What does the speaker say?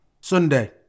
Sunday